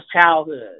childhood